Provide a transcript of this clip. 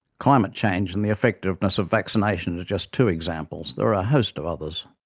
climate change and the effectiveness of vaccinations are just two examples. there are a host of others.